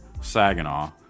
Saginaw